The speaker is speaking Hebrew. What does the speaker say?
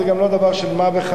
וזה גם לא דבר של מה בכך,